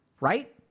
right